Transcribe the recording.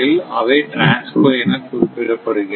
அவை TRANSCO என குறிப்பிட படுகின்றன